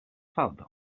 falta